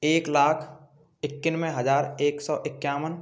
एक लाख इक्यांवे हज़ार एक सौ इक्यावन